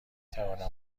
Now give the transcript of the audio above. توانم